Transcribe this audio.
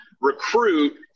recruit